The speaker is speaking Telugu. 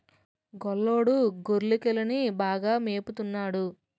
గొల్లోడు గొర్రెకిలని బాగా మేపత న్నాడు